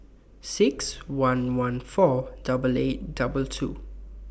six one one four double eight double two